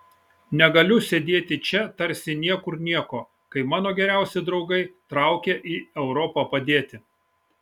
negaliu sėdėti čia tarsi niekur nieko kai mano geriausi draugai traukia į europą padėti